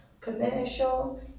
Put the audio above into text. commercial